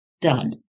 Done